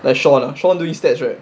sean lah sean doing statistics right